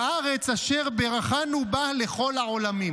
לארץ אשר ברכנו בה לכל העולמים.